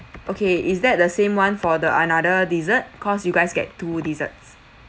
okay is that the same [one] for the another dessert cause you guys get two desserts